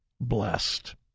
blessed